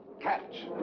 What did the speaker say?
catch!